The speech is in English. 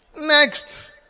Next